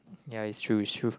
ya it's true it's true